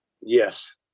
Yes